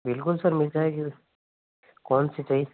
बिल्कुल सर मिल जाएगी कौन सी चाहिए